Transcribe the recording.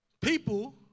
people